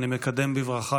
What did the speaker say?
אני מקדם בברכה,